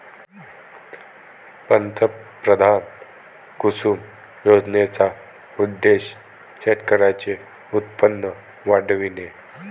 पंतप्रधान कुसुम योजनेचा उद्देश शेतकऱ्यांचे उत्पन्न वाढविणे